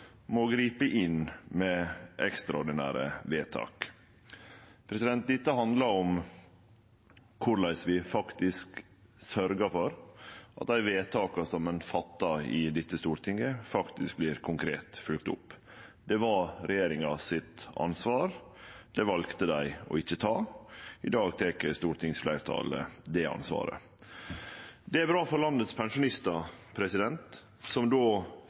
må gripe inn med ekstraordinære vedtak. Dette handlar om korleis vi sørgjer for at dei vedtaka som ein fattar i Stortinget, faktisk vert konkret følgde opp. Det var regjeringa sitt ansvar. Det valde dei å ikkje ta. I dag tek stortingsfleirtalet det ansvaret. Det er bra for landets pensjonistar, som då